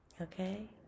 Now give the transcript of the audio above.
Okay